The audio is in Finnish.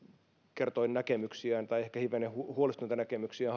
kertoi ehkä hivenen huolestuneita näkemyksiään